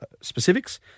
specifics